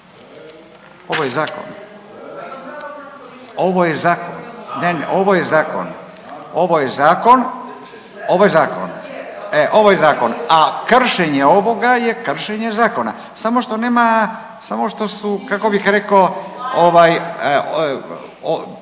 ovo je zakon, ovo je zakon, ovo je zakon, ne, ovo je zakon, ovo je zakon, ovo je zakon, a kršenje ovoga je kršenje zakona samo što nema samo što su kako bih reko ono